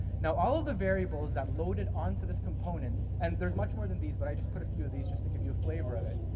now all of the variables that loaded onto this component, and there's much more than these, but i just put a few of these, just give you a flavour of it,